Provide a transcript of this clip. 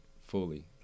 fully